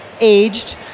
aged